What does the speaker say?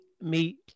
meet